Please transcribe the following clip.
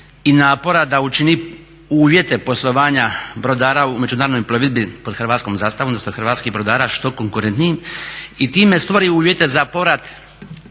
i napora da učini uvjete poslovanja brodara u međunarodnoj plovidbi pod hrvatskom zastavom, odnosno hrvatskih brodara što konkurentnijim i time stvori uvjete za povrat